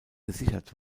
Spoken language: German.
gesichert